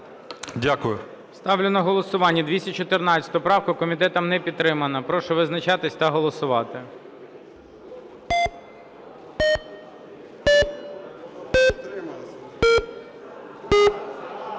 Ставлю на голосування 214 правку. Комітетом не підтримана. Прошу визначатись та голосувати.